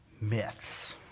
myths